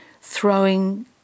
throwing